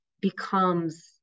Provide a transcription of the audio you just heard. becomes